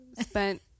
spent